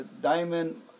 Diamond